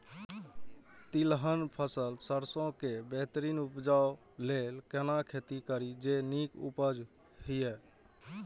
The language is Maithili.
तिलहन फसल सरसों के बेहतरीन उपजाऊ लेल केना खेती करी जे नीक उपज हिय?